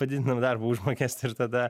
padidinam darbo užmokestį ir tada